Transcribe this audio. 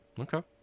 okay